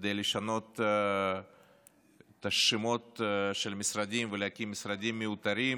כדי לשנות את השמות של המשרדים ולהקים משרדים מיותרים